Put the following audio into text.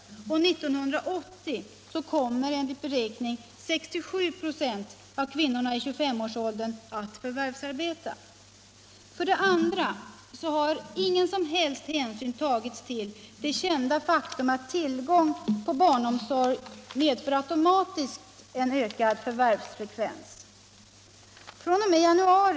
1980 kommer enligt beräkningarna 67 26 av kvinnorna i 25-årsåldern att förvärvsarbeta. För det andra. Ingen som helst hänsyn har tagits till det kända faktum att tillgång på barnomsorg automatiskt medför ökad förvärvsfrekvens.